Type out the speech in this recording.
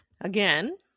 Again